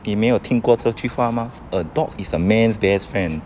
妳没有听过这句话 mah a dog is a man's best friend